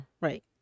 Right